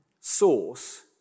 source